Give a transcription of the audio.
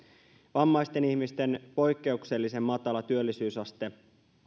vammaisten ihmisten poikkeuksellisen matala työllisyysaste